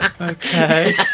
Okay